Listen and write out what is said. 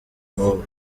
n’ubu